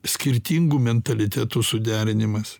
skirtingų mentalitetų suderinimas